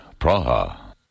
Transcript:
Praha